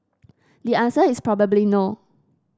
the answer is probably no